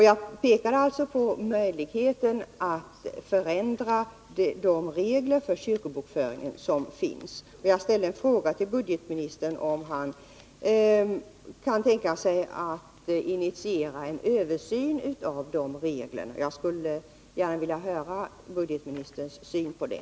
Jag pekade alltså på möjligheten att förändra de regler för kyrkobokfö 81 ringen som finns, och jag ställde en fråga till budgetministern, om han kan tänka sig att initiera en översyn av de reglerna. Jag skulle gärna vilja få del av budgetministerns syn på det.